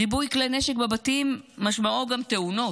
ריבוי כלי נשק בבתים, משמעו גם תאונות.